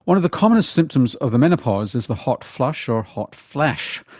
one of the commonest symptoms of the menopause is the hot flush or hot flash.